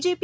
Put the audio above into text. JP